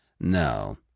No